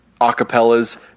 acapellas